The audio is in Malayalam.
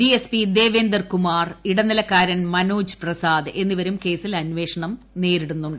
D S P Devender Kumar ഇടനിലക്കാരൻ മനോജ് ്പ്രസാദ് എന്നിവരും കേസിൽ അന്വേഷണം നേരിടുന്നുണ്ട്